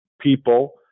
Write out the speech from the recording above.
people